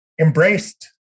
embraced